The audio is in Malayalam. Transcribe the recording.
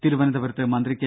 തിരുവനന്തപുരത്ത് മന്ത്രി കെ